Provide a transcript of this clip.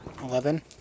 eleven